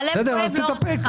הלב כואב.